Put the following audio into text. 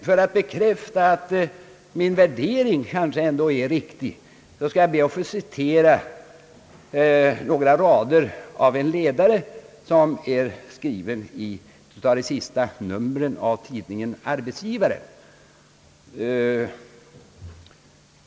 För att bekräfta att min värdering ändå är riktig ber jag att få citera några rader ur en ledare som stod att läsa i ett av de senaste numren av Arbetsgivaren.